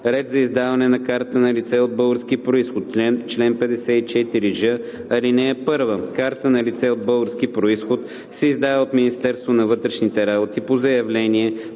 Ред за издаване на карта на лице от български произход Чл. 54ж. (1) Карта на лице от български произход се издава от Министерството на вътрешните работи по заявление,